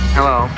Hello